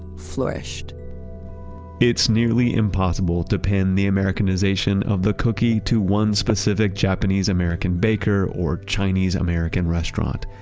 flourished it's nearly impossible to pin the americanization of the cookie to one specific japanese-american baker or chinese-american restaurant.